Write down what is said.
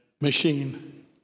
machine